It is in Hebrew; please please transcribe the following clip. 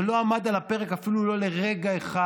זה לא עמד על הפרק, אפילו לא לרגע אחד.